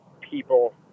people